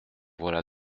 voilà